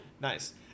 nice